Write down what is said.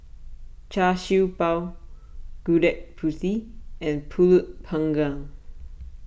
Char Siew Bao Gudeg Putih and Pulut Panggang